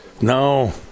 No